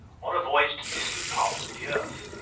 on a voyage to distant parts of the earth.